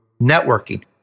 networking